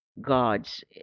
God's